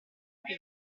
più